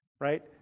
right